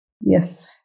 Yes